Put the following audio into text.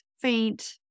faint